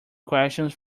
questions